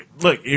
Look